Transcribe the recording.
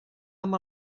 amb